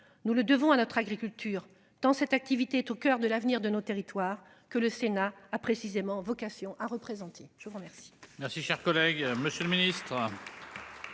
Nous le devons à notre agriculture dans cette activité est au coeur de l'avenir de nos territoires que le Sénat a précisément vocation à représenter, je vous remercie.